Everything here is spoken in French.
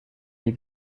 les